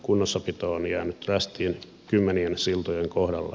kunnossapito on jäänyt rästiin kymmenien siltojen kohdalla